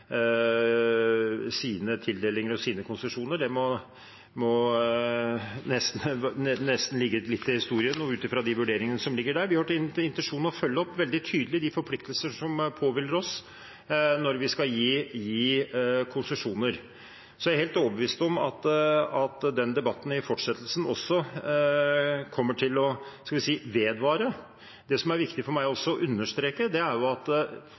sine tildelinger og konsesjoner, må nesten ligge litt til historien og ut fra vurderingene som ligger der. Vi har til intensjon å følge opp veldig tydelig de forpliktelser som påhviler oss når vi skal gi konsesjoner. Jeg er helt overbevist om at den debatten også i fortsettelsen kommer til å vedvare. Det som er viktig for meg å understreke, er at Stortinget gjennom gjentatte vedtak har sagt at